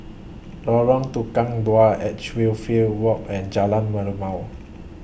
Lorong Tukang Dua Edge Real Field Walk and Jalan Merlimau